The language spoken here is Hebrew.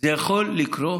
זה יכול לקרות